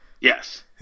Yes